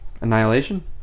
Annihilation